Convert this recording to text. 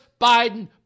Biden